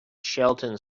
shelton